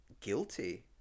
guilty